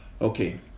Okay